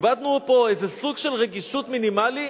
איבדנו פה איזה סוג של רגישות מינימלית